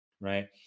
right